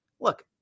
look